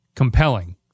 compelling